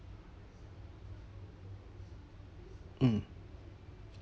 mm